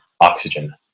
oxygen